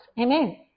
Amen